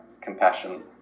compassion